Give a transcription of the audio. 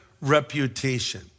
reputation